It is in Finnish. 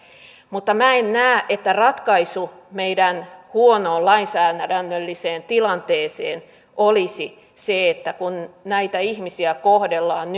mutta minä en näe että ratkaisu meidän huonoon lainsäädännölliseen tilanteeseen olisi se että kun näitä ihmisiä kohdellaan